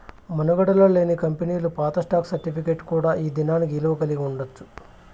మనుగడలో లేని కంపెనీలు పాత స్టాక్ సర్టిఫికేట్ కూడా ఈ దినానికి ఇలువ కలిగి ఉండచ్చు